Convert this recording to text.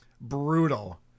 Brutal